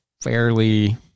fairly